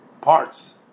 parts